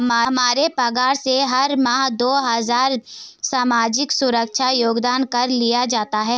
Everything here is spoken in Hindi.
हमारे पगार से हर माह दो हजार सामाजिक सुरक्षा योगदान कर लिया जाता है